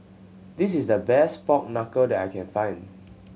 this is the best pork knuckle that I can find